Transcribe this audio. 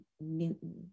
Newton